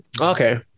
Okay